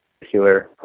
particular